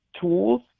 tools